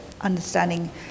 understanding